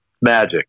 Magic